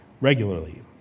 regularly